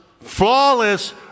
flawless